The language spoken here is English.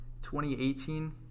2018